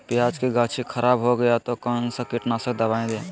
प्याज की गाछी खराब हो गया तो कौन सा कीटनाशक दवाएं दे?